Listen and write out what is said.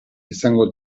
izango